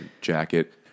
jacket